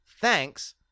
thanks